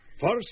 First